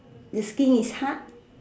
the skin is hard